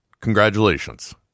Congratulations